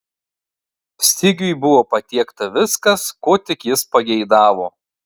sigiui buvo patiekta viskas ko tik jis pageidavo